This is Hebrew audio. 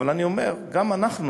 אבל אני אומר: גם אנחנו,